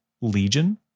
Legion